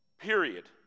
Period